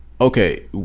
Okay